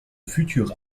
futur